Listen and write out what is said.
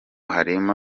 harimo